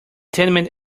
tenement